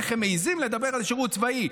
איך הם מעיזים לדבר על שירות צבאי.